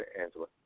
Angela